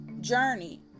journey